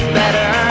better